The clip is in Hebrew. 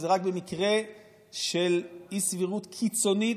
שזה רק במקרה של אי-סבירות קיצונית,